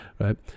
right